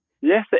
Yes